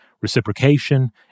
reciprocation